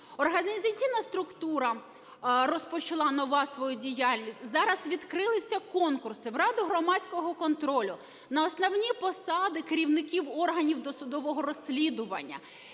Організаційна структура розпочала нова свою діяльність, зараз відкрилися конкурси в Раду громадського контролю, на основні посади керівників органів досудового розслідування.